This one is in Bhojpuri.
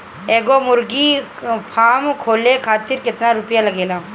एगो मुर्गी फाम खोले खातिर केतना रुपया लागेला?